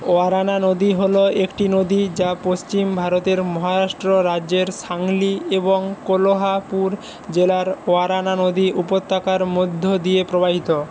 ওয়ারানা নদী হলো একটি নদী যা পশ্চিম ভারতের মহারাষ্ট্র রাজ্যের সাংলি এবং কোলহাপুর জেলার ওয়ারানা নদী উপত্যকার মধ্য দিয়ে প্রবাহিত